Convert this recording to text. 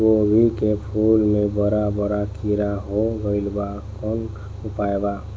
गोभी के फूल मे बड़ा बड़ा कीड़ा हो गइलबा कवन उपाय बा?